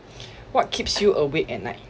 what keeps you awake at night